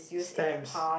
stamps